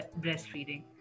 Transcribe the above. breastfeeding